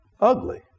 ugly